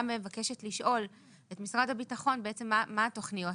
מבקשת לשאול את משרד הביטחון מה התכניות,